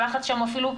הלחץ שם הוא אפילו,